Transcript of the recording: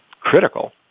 critical